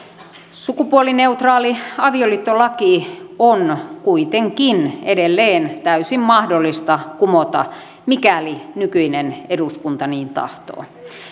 sukupuolineutraali avioliittolaki on kuitenkin edelleen täysin mahdollista kumota mikäli nykyinen eduskunta niin tahtoo